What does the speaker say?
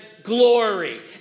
glory